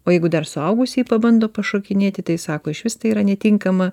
o jeigu dar suaugusieji pabando pašokinėti tai sako išvis tai yra netinkama